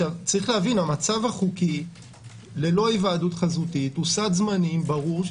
יש להבין המצב החוקי ללא היוועדות חזותית הוא סד זמני ברור.